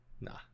Nah